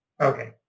Okay